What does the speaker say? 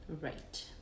Right